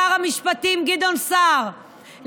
שר המשפטים גדעון סער,